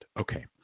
Okay